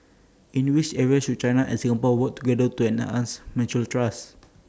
in which areas should China and Singapore work together to enhance mutual trust